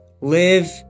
live